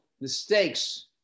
mistakes